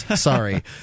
Sorry